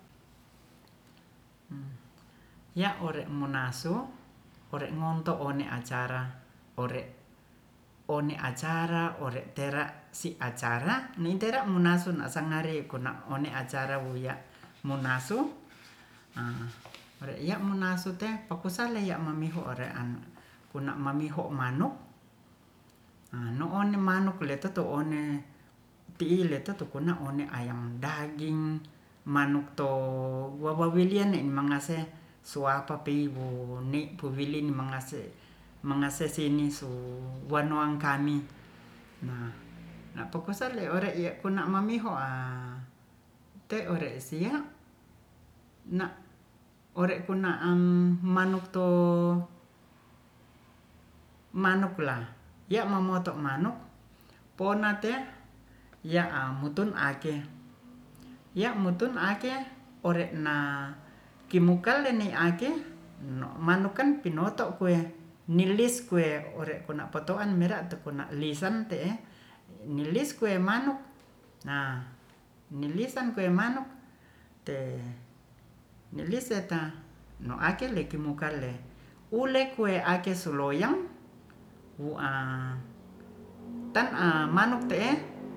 Ya'ore munaso ore'ngonto one'acara ore'one acara ore'tera'si acara ni'tera munaso na'sangare kuna'one'acara wuya'munasu a ore ya'munasu te'popusalei ya'mamihu ore'an kuna'mamihu manuk a nu'unen manuk letuto'one ti'iletito kunak one'ayam daging manukto wawawilien ne'mangase suwapa pi'iwo ni'puwilin mangasek- sinisu wanuangkami nah- poposale ore'ya kuna'mamiho a te'ore sia'nak ore'puna'an manukto manuk lah ya'mamoto manuk ponatea ya'am mutun ake- ore'na kimukale'nei ake nok manuk kan pinoto'kuwei nilis kuei ore'kuna'potoan meraktu kuna'lisan te'e nilis kue manuk na nilisan kue manuk te'niliseta no akl liki mukalle ulekue ake suloyang wu'a tan'a manuk te'e